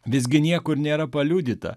visgi niekur nėra paliudyta